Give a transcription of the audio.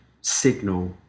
signal